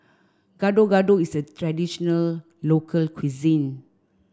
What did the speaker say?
Gado gado is a traditional local cuisine